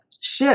shift